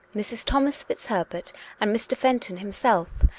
mrs. thomas fitz herbert and mr. fenton himself,